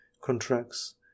contracts